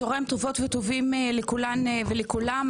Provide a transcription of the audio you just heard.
צוהריים טובות וטובים לכולן ולכולם,